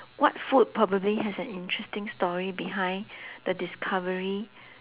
what food probably has an interesting story behind the discovery